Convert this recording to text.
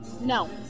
No